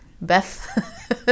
Beth